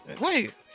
wait